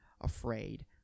afraid